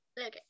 okay